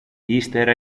ύστερα